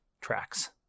tracks